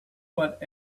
what